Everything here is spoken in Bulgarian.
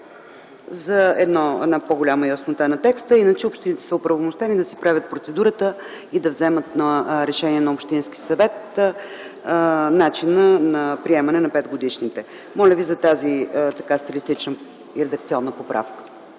за една по-голяма яснота на текста, иначе общините са оправомощени да се справят с процедурата и да вземат решение на общински съвет начина на приемане на петгодишните. Моля ви за тази стилистична и редакционна поправка.